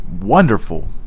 wonderful